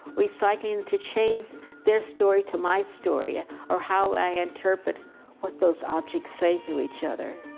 recycling to change their story to my story or how i interpret what those objects say to each other.